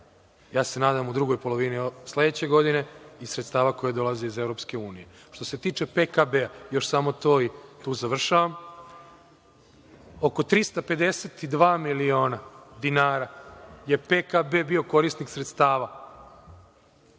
ja se nadam u drugoj polovini sledeće godine, iz sredstava koja dolaze iz EU.Što se tiče PKB, još samo to i tu završavam, oko 352.000.000 dinara je PKB bio korisnik sredstava,